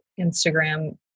Instagram